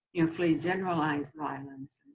and fleeing generalized violence,